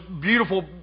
beautiful